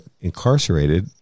incarcerated